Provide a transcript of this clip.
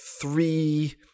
three